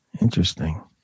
Interesting